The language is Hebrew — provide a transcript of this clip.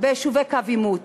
ביישובי קו עימות.